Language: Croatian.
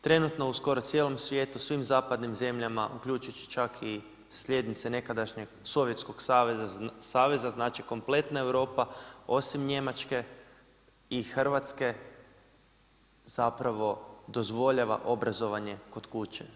Trenutno u skoro cijelom svijetu svim zapadnim zemljama uključujući čak i slijednice nekadašnjeg Sovjetskog Saveza znači kompletna Europa osim Njemačke i Hrvatske zapravo dozvoljava obrazovanje kod kuće.